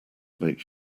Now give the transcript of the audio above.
makes